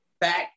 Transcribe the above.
back